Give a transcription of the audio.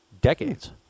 decades